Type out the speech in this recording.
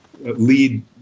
Lead